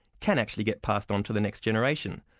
can actually get passed on to the next generation.